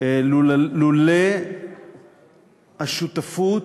לולא השותפות,